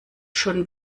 schon